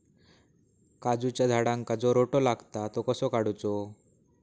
काजूच्या झाडांका जो रोटो लागता तो कसो काडुचो?